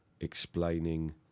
explaining